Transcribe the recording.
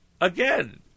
Again